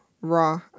Raw